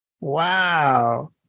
Wow